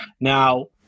Now